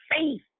faith